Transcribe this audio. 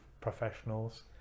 professionals